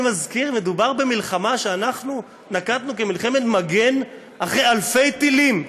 אני מזכיר: מדובר במלחמה שאנחנו נקטנו כמלחמת מגן אחרי אלפי טילים,